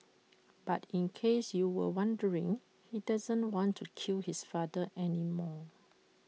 but in case you were wondering he doesn't want to kill his father anymore